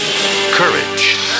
Courage